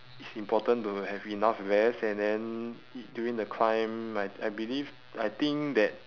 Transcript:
it's important to have enough rest and then during the climb I I believe I think that